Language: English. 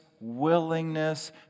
willingness